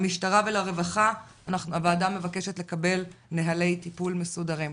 למשטרה ולרווחה: הוועדה מבקשת לקבל נוהלי טיפול מסודרים.